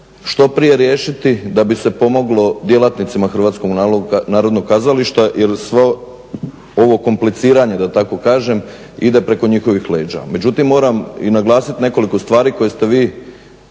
što prije riješiti da bi se pomoglo djelatnicima HNK-u jer sve ovo kompliciranje da tako kažem ide preko njihovih leđa. Međutim moram naglasiti nekoliko stvari koje ste vi,